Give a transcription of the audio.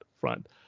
front